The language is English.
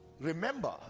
Remember